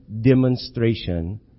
demonstration